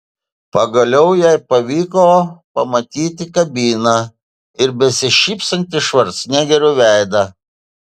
pagaliau jai pavyko pamatyti kabiną ir besišypsantį švarcnegerio veidą